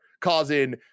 causing